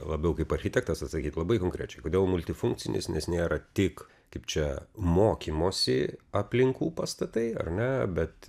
labiau kaip architektas atsakyt labai konkrečiai kodėl multifunkcinis nes nėra tik kaip čia mokymosi aplinkų pastatai ar ne bet